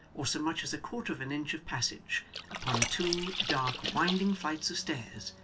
or so much as a quarter of an inch of passage upon two dark winding flights of stairs,